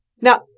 Now